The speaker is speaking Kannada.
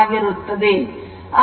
ಆಗಿರುತ್ತದೆ